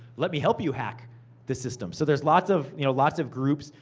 let me help you hack the system. so, there's lots of you know lots of groups.